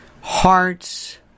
Hearts